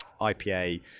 IPA